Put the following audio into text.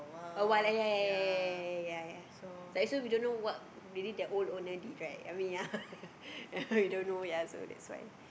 a while ya ya ya ya ya ya ya so we don't know what really the old owner did right I mean ya ya we don't know yet so that's why